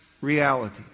reality